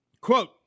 quote